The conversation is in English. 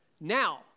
Now